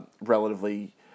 relatively